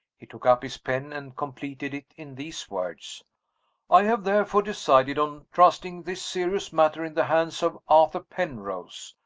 he took up his pen and completed it in these words i have therefore decided on trusting this serious matter in the hands of arthur penrose.